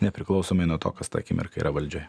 nepriklausomai nuo to kas tą akimirką yra valdžioje